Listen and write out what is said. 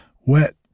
wet